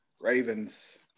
Ravens